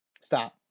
Stop